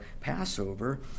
Passover